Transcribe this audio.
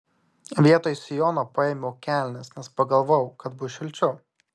vietoj sijono paėmiau kelnes nes pagalvojau kad bus šilčiau